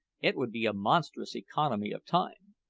it would be a monstrous economy of time.